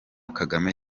kagame